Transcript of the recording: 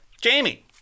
Jamie